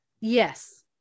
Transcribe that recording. yes